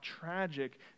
tragic